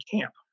camp